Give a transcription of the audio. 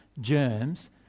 germs